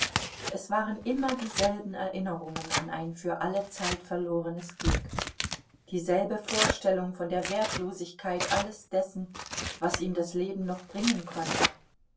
es waren immer dieselben erinnerungen an ein für alle zeit verlorenes glück dieselbe vorstellung von der wertlosigkeit alles dessen was ihm das leben noch bringen konnte